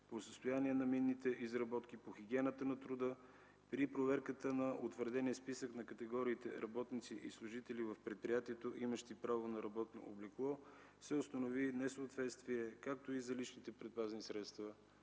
по състояние на минните изработки, по хигиената труда. При проверката на утвърдения списък на категориите работници и служители в предприятието, имащи право на работно облекло, се установи несъответствие, както и за личните предпазни средства